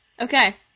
Okay